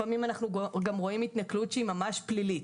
לפעמים אנחנו גם רואים התנכלות שהיא ממש פלילית,